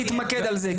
תתמקד על זה,